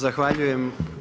Zahvaljujem.